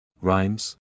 Rhymes